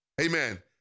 Amen